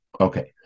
Okay